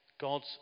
God's